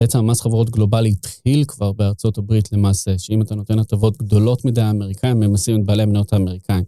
בעצם המס חברות גלובלי התחיל כבר בארצות הברית למעשה, שאם אתה נותן הטבות גדולות מדי האמריקאים, הם ממסים את בעלי המניות האמריקאים.